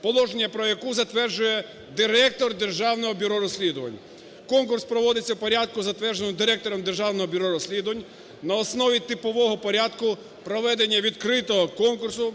положення про яку затверджує директор Державного бюро розслідувань. Конкурс проводиться в порядку, затвердженому директором Державного бюро розслідувань на основі Типового порядку проведення відкритого конкурсу,